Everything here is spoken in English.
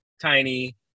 tiny